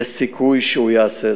יש סיכוי שהוא יעשה זאת.